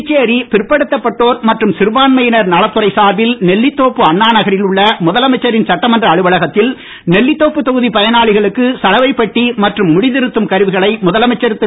புதுச்சேரி பிற்படுத்தப்பட்டோர் மற்றும் சிறுபான்மையினர் நலத்துறை சார்பில் நெல்விதோப்பு அண்ணா நகரில் உள்ள முதலமைச்சரின் சட்டமன்ற அலுலவகத்தில் நெல்லிதோப்பு தொகுதி பயனாளிகளுக்கு சலவைப்பெட்டி மற்றும் முடி திருத்தும் கருவிகளை முதலமைச்சர் திரு